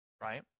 right